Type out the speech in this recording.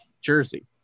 jersey